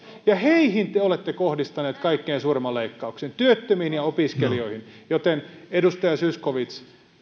ja heihin te olette kohdistaneet kaikkein suurimman leikkauksen työttömiin ja opiskelijoihin joten edustaja zyskowicz